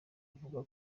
uvuga